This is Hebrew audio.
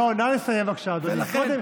לא, נא לסיים, בבקשה, אדוני.